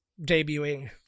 debuting